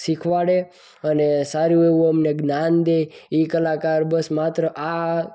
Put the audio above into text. શીખવાડે અને સારું એવું અમને જ્ઞાન દે એ કલાકાર બસ માત્રા આ